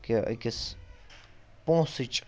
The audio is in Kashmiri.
کہِ أکِس پونٛسٕچ